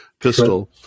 pistol